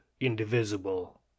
indivisible